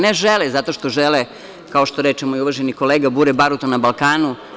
Ne žele zato što žele, kao što reče moj uvaženi kolega - bure baruta na Balkanu.